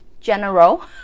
general